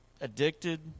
addicted